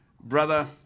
brother